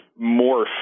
morph